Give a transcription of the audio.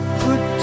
put